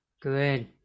good